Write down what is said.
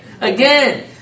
Again